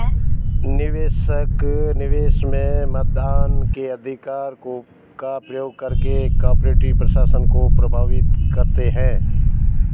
निवेशक, निवेश में मतदान के अधिकार का प्रयोग करके कॉर्पोरेट प्रशासन को प्रभावित करते है